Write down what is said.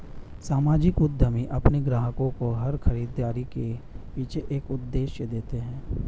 सामाजिक उद्यमी अपने ग्राहकों को हर खरीदारी के पीछे एक उद्देश्य देते हैं